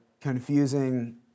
confusing